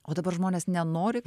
o dabar žmonės nenori